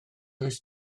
oes